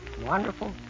Wonderful